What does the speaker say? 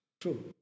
True